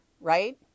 right